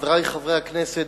חברי חברי הכנסת,